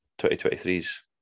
2023's